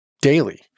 daily